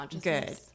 good